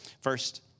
First